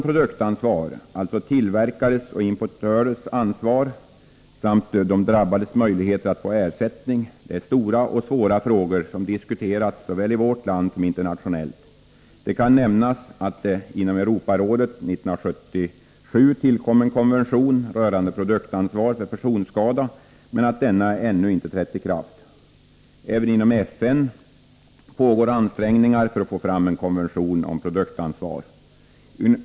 Produktansvar, dvs. tillverkares och importörers ansvar, samt de drabbades möjligheter att få ersättning är stora och svåra frågor, som diskuterats såväl i vårt land som internationellt. Det kan nämnas att det inom Europarådet år 1977 tillkom en konvention rörande produktansvar för personskada, men att denna ännu inte trätt i kraft. Inom FN pågår vidare ansträngningar för att få fram en konvention om produktansvar.